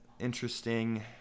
interesting